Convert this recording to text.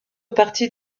partie